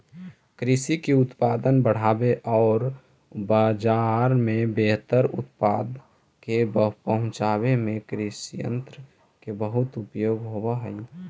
कृषि के उत्पादक बढ़ावे औउर बाजार में बेहतर उत्पाद के पहुँचावे में कृषियन्त्र के बहुत उपयोग होवऽ हई